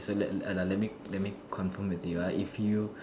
so that let let ah lah let me let me confirm with you ah if you